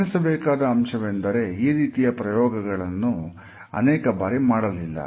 ಗಮನಿಸಬೇಕಾದ ಅಂಶವೆಂದರೆ ಈ ರೀತಿಯ ಪ್ರಯೋಗಗಳನ್ನು ಅನೇಕಬಾರಿ ಮಾಡಲಿಲ್ಲ